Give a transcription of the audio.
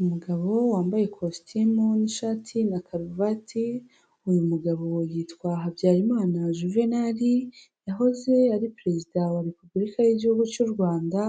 Umugabo wambaye ikositimu n'ishati na karuvati, uyu mugabo yitwa Habyarimana Juvenal, yahoze ari perezida wa Repubulika y'igihugu cy'u Rwanda